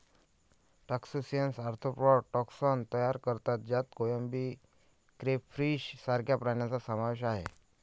crustaceans arthropod taxon तयार करतात ज्यात कोळंबी, क्रेफिश सारख्या प्राण्यांचा समावेश आहे